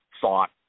thought